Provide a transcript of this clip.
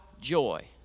joy